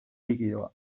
likidoa